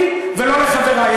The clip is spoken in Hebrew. לא לי ולא לחברי.